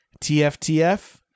TFTF